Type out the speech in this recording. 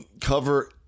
cover